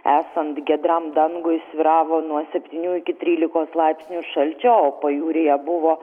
esant giedram dangui svyravo nuo septynių iki trylikos laipsnių šalčio o pajūryje buvo